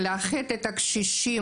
מקיימים קשר מתמיד עם חברי העמותה,